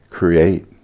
create